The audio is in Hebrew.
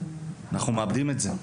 אנחנו מאבדים את זה.